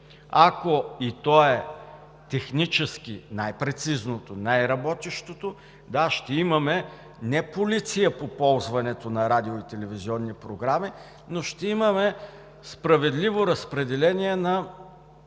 Ако то е технически най-прецизното, най-работещото – да, ще имаме не опция по ползването на радио-и телевизионни програми, но ще имаме справедливо разпределение на дохода.